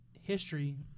History